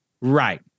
Right